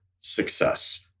success